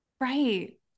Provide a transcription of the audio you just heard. Right